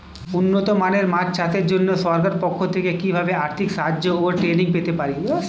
উন্নত মানের মাছ চাষের জন্য সরকার পক্ষ থেকে কিভাবে আর্থিক সাহায্য ও ট্রেনিং পেতে পারি?